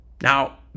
Now